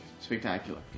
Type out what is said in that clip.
spectacular